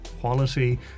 quality